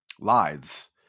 lies